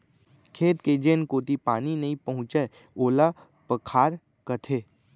खेत के जेन कोती पानी नइ पहुँचय ओला पखार कथें